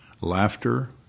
laughter